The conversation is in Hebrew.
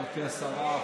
גברתי השרה,